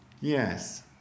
yes